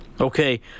Okay